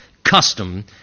custom